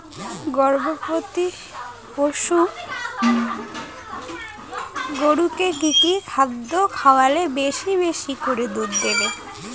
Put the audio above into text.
গবাদি পশু গরুকে কী কী খাদ্য খাওয়ালে বেশী বেশী করে দুধ দিবে?